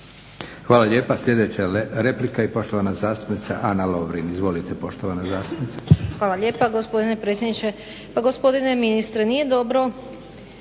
Hvala lijepa. Sljedeća replika i poštovana zastupnica Ana Lovrin. Izvolite poštovana zastupnice. **Lovrin, Ana (HDZ)** Hvala lijepa gospodine predsjedniče. Pa gospodine ministre, nije dobro